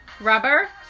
Rubber